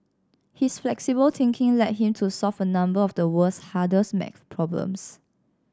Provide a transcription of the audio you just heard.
his flexible thinking led him to solve a number of the world's hardest maths problems